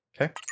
Okay